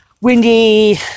windy